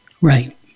right